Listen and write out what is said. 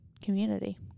community